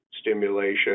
stimulation